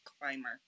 climber